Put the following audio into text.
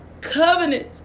covenant